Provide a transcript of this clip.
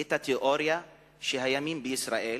את התיאוריה שהימין בישראל,